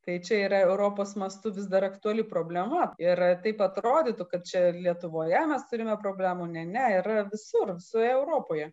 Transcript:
tai čia yra europos mastu vis dar aktuali problema ir taip atrodytų kad čia lietuvoje mes turime problemų ne ne yra visur visoje europoje